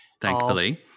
Thankfully